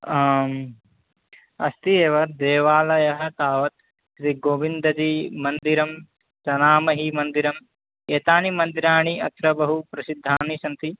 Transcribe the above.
आम् अस्ति एव देवालयः तावत् श्रीगोविन्दजी मन्दिरं जनामहिमन्दिरम् एतानि मन्दिराणि अत्र बहुप्रसिद्धानि सन्ति